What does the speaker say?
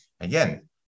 again